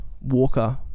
Walker